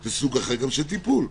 זה גם סוג אחר של טיפול.